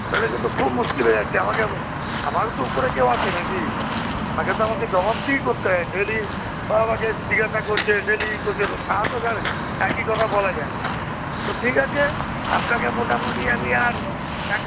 তাহলে কিন্তু খুব মুশকিল হয়ে যাচ্ছে আমাকে আমারও তো ওপরে কেউ আছে নাকি তাকে তো আমাকে জবাবদিহি করতে হয় ডেলি তারাও আমাকে জিজ্ঞাসা করছে ডেলি এই করছে কাহাতক আর একই কথা বলা যায় তো ঠিক আছে আপনাকে মোটামোটি আমি আর এক